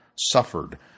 suffered